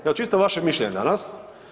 Evo, čisto vaše mišljenje danas.